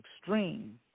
extreme